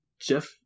Jeff